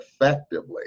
effectively